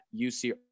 UC